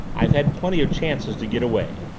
i've had plenty of chances to get away!